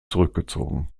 zurückgezogen